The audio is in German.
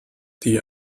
die